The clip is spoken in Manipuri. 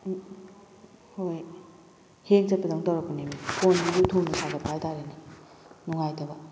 ꯎꯝ ꯍꯣꯏ ꯍꯦꯡ ꯆꯠꯄꯗꯧꯅ ꯇꯧꯔꯛꯄꯅꯦꯃꯤ ꯐꯣꯟꯁꯤꯁꯨ ꯊꯨꯅ ꯁꯥꯒꯠꯄ ꯍꯥꯏ ꯇꯥꯔꯦꯅꯦ ꯅꯨꯡꯉꯥꯏꯇꯕ